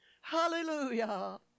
hallelujah